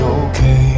okay